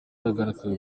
yahagaritswe